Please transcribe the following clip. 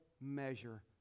measure